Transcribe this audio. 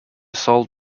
solved